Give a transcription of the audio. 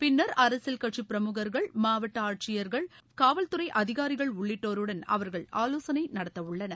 பின்னர் அரசியல் கட்சி பிரமுகர்கள் மாவட்ட ஆட்சியர்கள் காவல்துறை அதிகாரிகள் உள்ளிட்டோருடன் அவர்கள் ஆலோசனை நடத்தவுள்ளனர்